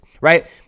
right